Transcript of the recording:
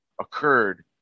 occurred